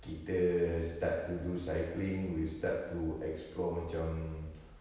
kita start to do cycling will start to explore macam